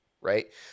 right